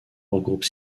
regroupe